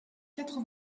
quatre